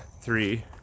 three